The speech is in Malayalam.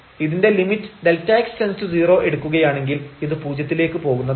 ഇതിന്റെ lim┬Δx→0 എടുക്കുകയാണെങ്കിൽ ഇത് പൂജ്യത്തിലേക്ക് പോകുന്നതാണ്